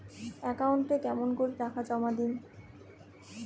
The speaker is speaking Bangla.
একাউন্টে কেমন করি টাকা জমা দিম?